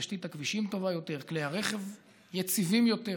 תשתית הכבישים טובה יותר, כלי הרכב יציבים יותר.